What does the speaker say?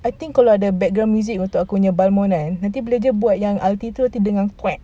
I think kalau ada background music untuk aku punya balmond kan nanti bila dia buat yang ulti itu dengar quack